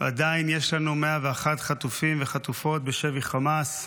עדיין יש לנו 101 חטופים וחטופות בשבי חמאס,